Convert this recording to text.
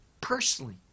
personally